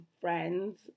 friends